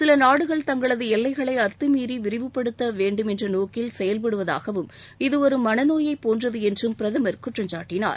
சில நாடுகள் தங்களது எல்லைகளை அத்தமீறி விரிவுப்படுத்த வேணடும் என்ற நோக்கில் செயல்படுவதாகவும் இது ஒரு மனநோயைப் போன்றது என்றும் பிரதமர் குற்றம் சாட்டினார்